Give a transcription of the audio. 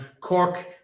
Cork